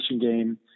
game